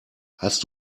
hast